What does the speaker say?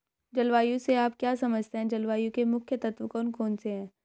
जलवायु से आप क्या समझते हैं जलवायु के मुख्य तत्व कौन कौन से हैं?